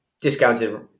discounted